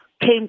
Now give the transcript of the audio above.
came